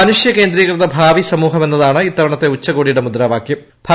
മനുഷ്യ കേന്ദ്രീകൃത ഭാവി സമൂഹം എന്നതാണ് ഇത്തവണത്തെ ഉച്ചകോടിയുടെ മുദ്രാവാകൃം